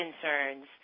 concerns